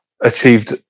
achieved